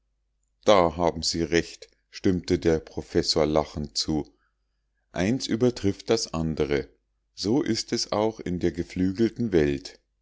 da haben sie recht stimmte der professor lachend zu eins übertrifft das andre so ist es auch in der geflügelten welt